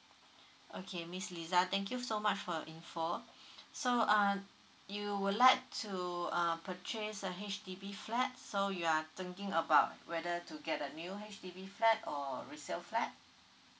okay miss L I Z A thank you so much for your info so uh you would like to uh purchase a H_D_B flat so you are thinking about whether to get the new H_D_B fat or a resale flat